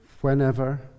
Whenever